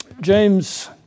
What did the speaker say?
James